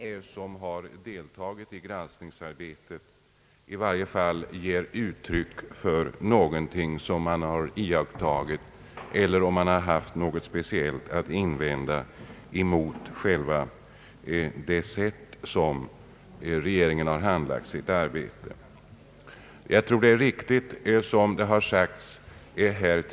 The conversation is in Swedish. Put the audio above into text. Herr talman! Jag skulle kanske kunnat nöja mig med att nära nog till alla delar instämma med fru Segerstedt Wiberg och därmed avstå från att säga någonting i anslutning till förevarande utskottsmemorial. De olika partirepresentanter som har deltagit i granskningsarbetet brukar dock säga i varje fall någonting om vad de har iakttagit i fråga om regeringens sätt att handlägga sina ärenden, vilket de finner anledning att invända emot.